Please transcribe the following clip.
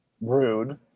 rude